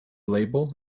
label